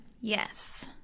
Yes